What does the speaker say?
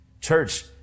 Church